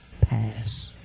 pass